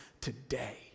today